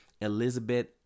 Elizabeth